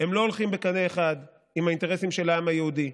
לא עולים בקנה אחד עם האינטרסים של העם היהודי.